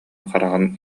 хараҕын